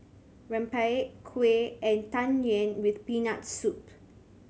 rempeyek kuih and Tang Yuen with Peanut Soup